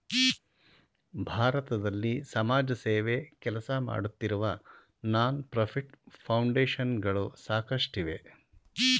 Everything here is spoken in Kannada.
ಭಾರತದಲ್ಲಿ ಸಮಾಜಸೇವೆ ಕೆಲಸಮಾಡುತ್ತಿರುವ ನಾನ್ ಪ್ರಫಿಟ್ ಫೌಂಡೇಶನ್ ಗಳು ಸಾಕಷ್ಟಿವೆ